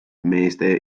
meeste